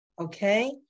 Okay